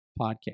podcast